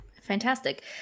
Fantastic